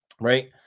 right